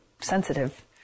sensitive